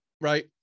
right